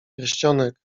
pierścionek